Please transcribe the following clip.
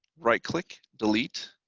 right-click, delete,